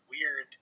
weird